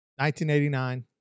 1989